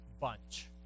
bunch